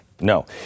No